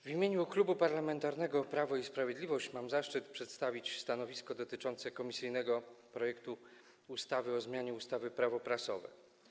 W imieniu Klubu Parlamentarnego Prawo i Sprawiedliwość mam zaszczyt przedstawić stanowisko dotyczące komisyjnego projektu ustawy o zmianie ustawy Prawo prasowe.